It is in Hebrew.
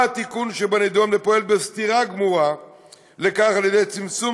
בא התיקון שבנדון ופועל בסתירה גמורה לכך על-ידי צמצום